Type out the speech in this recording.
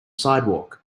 sidewalk